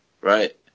Right